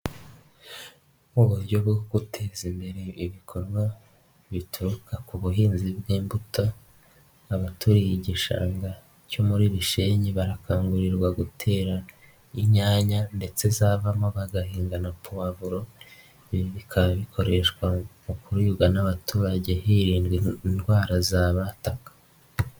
Uburyo bwo guteza imbere ibikorwa bituruka ku buhinzi bw'imbuto, abaturiye igishanga cyo muri bishenyi barakangurirwa gutera inyanya ndetse zavamo bagahinga na puwavuro, ibi bikaba bikoreshwa mu kuribwa n'abaturage hirindwa indwara zabataka.